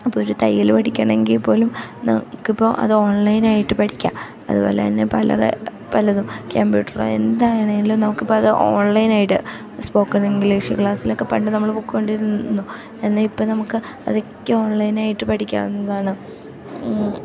ഇപ്പോൾ ഒരു തയ്യൽ പഠിക്കുകയാണെങ്കിൽ പോലും നമുക്കിപ്പം അത് ഓൺലൈനായിട്ട് പഠിക്കാം അതു പോലെ തന്നെ പല പലതും കമ്പ്യൂട്ടർ എന്താണെങ്കിലും നമുക്കിപ്പം അത് ഓൺലൈനായിട്ട് സ്പോക്കൺ ഇംഗ്ലീഷ് ക്ലാസ്സിലൊക്കെ പണ്ട് നമ്മൾ പൊയ്ക്കൊണ്ടിരുന്നു എന്നാൽ ഇപ്പം നമുക്ക് അതൊക്കെ ഓൺലൈനായിട്ട് പഠിക്കാവുന്നതാണ്